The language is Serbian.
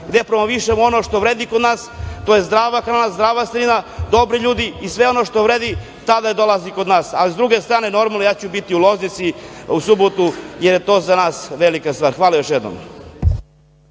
gde promovišemo ono što vredi kod nas, to je zdrava hrana, zdrava sredina, dobri ljudi i sve ono što vredi tada dolazi kod nas. Ali s druge strane, normalno, ja ću biti u Loznici u subotu, jer je to za nas velika stvar. Hvala još jednom.